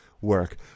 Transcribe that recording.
work